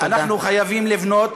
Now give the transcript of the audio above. אנחנו חייבים לבנות.